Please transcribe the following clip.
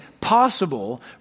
possible